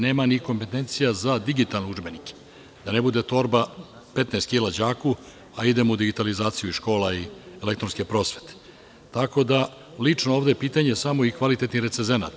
Nema ni kompetencija za digitalne udžbenike, da ne bude torba 15 kilograma đaku, a idemo u digitalizaciju škola i elektronske prosvete, tako da ovde je pitanje samo i kvalitetnih recezenata.